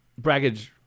Braggage